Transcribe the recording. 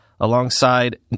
alongside